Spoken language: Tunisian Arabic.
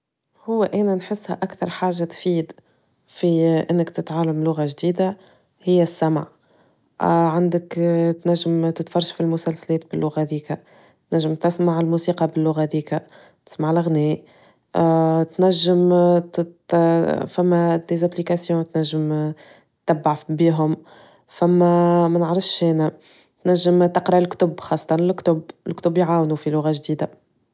هو أنا نحسها أكثر حاجة تفيد في إنك تتعلم لغة جديدة هي السمع، عندك تنجم تتفرج في المسلسلات باللغة ديكا، تنجم تسمع الموسيقى باللغة ديكا، تسمع الاغاني تنجم تت- فما تنجم تتبع ف- بيهم، فما مانعرفش أنا تنجم تقرا الكتب خاصة الكتب، الكتب يعاونو في لغة جديدة.